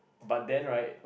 but then right